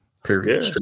Period